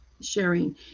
sharing